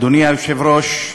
אדוני היושב-ראש,